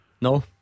No